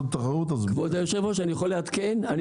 כבוד היושב-ראש אני יכול לעדכן.